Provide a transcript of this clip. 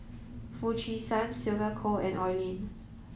Foo Chee San Sylvia Kho and Oi Lin